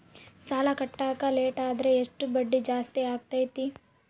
ಸಾಲ ಕಟ್ಟಾಕ ಲೇಟಾದರೆ ಎಷ್ಟು ಬಡ್ಡಿ ಜಾಸ್ತಿ ಆಗ್ತೈತಿ?